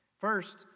First